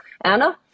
Anna